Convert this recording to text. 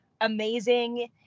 amazing